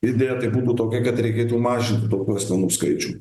idėja tai būtų tokia kad reikėtų mažinti tokių asmenų skaičių